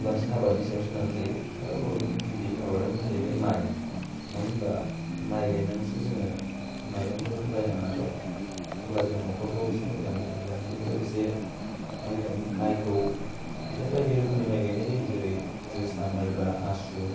बांसिन आबादनि सायाव सोनारना थायो आरो बर'नि गिबि आबादानो जाहैबाय माइ मानो होनबा माइ गायनानैसो जोङो माइरंफोर बायनांआ नालाय अब्ला जों नखरखौ एसे मोजांयै दैदेन लांनो हायो लोगोसे माइ गाय माइखौ बिदिनो बायदि रोखोमनि माइ गाइनाय जायो जेरै जोसा माइब्रा आसु